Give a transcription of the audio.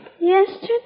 Yesterday